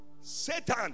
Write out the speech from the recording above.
Satan